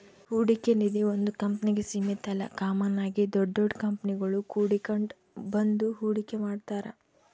ಹೂಡಿಕೆ ನಿಧೀ ಒಂದು ಕಂಪ್ನಿಗೆ ಸೀಮಿತ ಅಲ್ಲ ಕಾಮನ್ ಆಗಿ ದೊಡ್ ದೊಡ್ ಕಂಪನಿಗುಳು ಕೂಡಿಕೆಂಡ್ ಬಂದು ಹೂಡಿಕೆ ಮಾಡ್ತಾರ